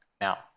Now